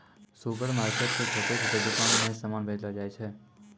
supermarket से छोटो छोटो दुकान मे समान भेजलो जाय छै